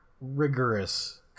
rigorous